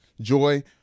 Joy